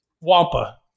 Wampa